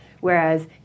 Whereas